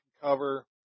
cover